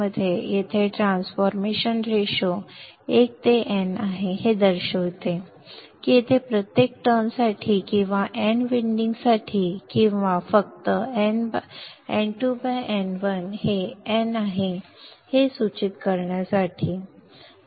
मी येथे transformation ratio एक ते n आहे हे दर्शविते की येथे प्रत्येक टर्न साठी किंवा n विंडिंगसाठी किंवा फक्त N2 N1 हे n आहे हे सूचित करण्यासाठी